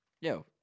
Yo